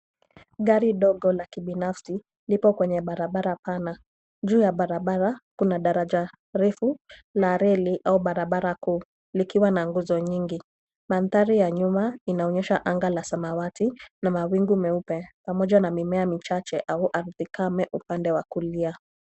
Gari ndogo la kibinafsi lipo kwenye barabara pana. Juu ya barabara kuna daraja refu la reli au barabara kuu likiwa na nguzo nyingi. Mandhari ya nyuma inaonyesha anga la samawati na mawingu meupe pamoja na mimea michache au ardhi kame upande wa kulia.